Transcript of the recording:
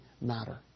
matter